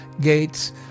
Gates